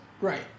Right